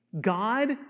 God